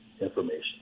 information